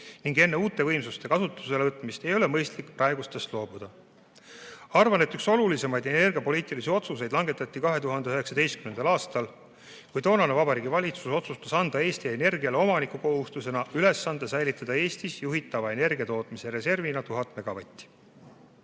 ning enne uute võimsuste kasutuselevõttu ei ole mõistlik praegustest loobuda. Arvan, et üks olulisemaid energiapoliitilisi otsuseid langetati 2019. aastal, kui toonane Vabariigi Valitsus otsustas anda Eesti Energiale omanikukohustusena ülesande säilitada Eestis juhitava energiatootmise reservina 1000 megavatti.